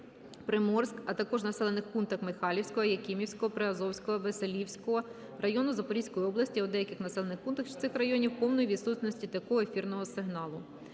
Приморськ, а також у населених пунктах Михайлівського, Якимівського, Приазовського, Веселівського району Запорізької області, а у деяких населених пунктах цих районів повної відсутності такого ефірного сигналу.